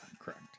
correct